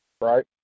Right